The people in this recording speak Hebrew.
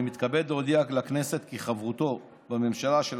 אני מתכבד להודיע לכנסת כי חברותו בממשלה של